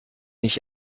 ich